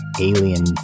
alien